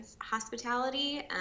hospitality